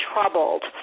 troubled